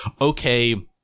okay